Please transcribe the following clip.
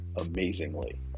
amazingly